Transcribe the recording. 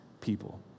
people